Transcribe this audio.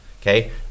okay